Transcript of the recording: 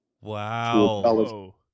Wow